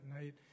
night